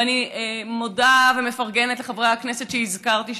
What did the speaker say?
ואני מודה ומפרגנת לחברי הכנסת שהזכרתי,